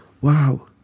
wow